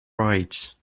rights